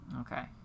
okay